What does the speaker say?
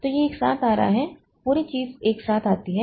तो यह एक साथ आ रहा है पूरी चीज एक साथ आती है